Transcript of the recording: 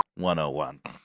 101